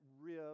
rib